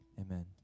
Amen